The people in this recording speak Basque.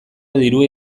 dirua